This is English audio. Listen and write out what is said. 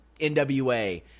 NWA